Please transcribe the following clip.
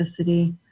toxicity